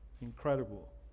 Incredible